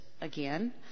again